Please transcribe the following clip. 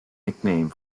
nickname